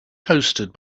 hosted